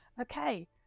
okay